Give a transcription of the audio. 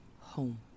home